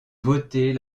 voter